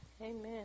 amen